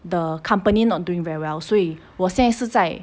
the company not doing very well 所以我现在是在